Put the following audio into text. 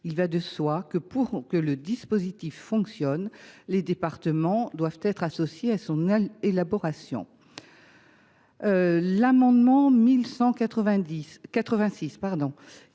il va de soi que, pour que le dispositif fonctionne, les départements doivent être associés à son élaboration. L’amendement n°